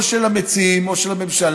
או של המציעים או של הממשלה,